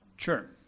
sure.